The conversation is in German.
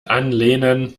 anlehnen